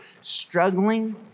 struggling